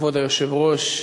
כבוד היושב-ראש,